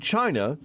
China